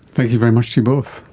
thank you very much to you both.